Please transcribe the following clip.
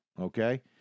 Okay